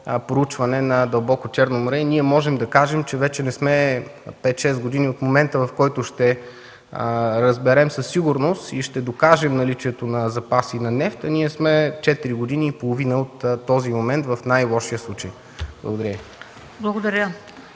проучване на дълбоко Черно море и ние можем да кажем, че вече сме на 5-6 години от момента, в който ще разберем със сигурност, и ще докажем наличието на запаси на нефт, ние сме четири години и половина от този момент в най-лошия случай. Благодаря.